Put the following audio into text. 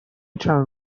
چند